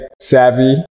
savvy